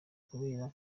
kubera